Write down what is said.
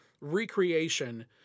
recreation